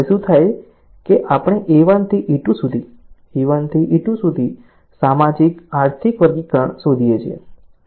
હવે શું થાય છે કે આપણે A1 થી E2 સુધી E1 થી E2 સુધી સામાજિક આર્થિક વર્ગીકરણ શોધીએ છીએ